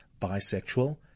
bisexual